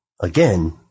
again